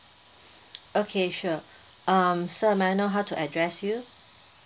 okay sure uh sir may I know how to address you